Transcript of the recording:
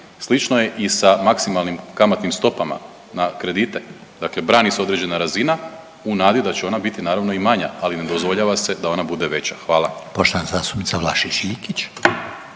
Slično je i sa maksimalnim kamatnim stopama na kredite dakle brani se određena razina u nadi da će ona biti naravno i manja, ali ne dozvoljava se da ona bude veća, hvala.